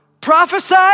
prophesy